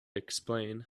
explain